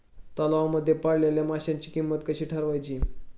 तलावांमध्ये पाळलेल्या माशांची किंमत कशी ठरवायची?